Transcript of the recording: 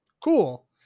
Cool